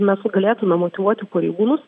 mes galėtume motyvuoti pareigūnus